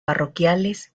parroquiales